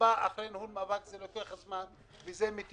בא אחרי ניהול מאבק שלוקח זמן ומתיש.